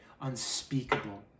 unspeakable